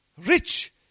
Rich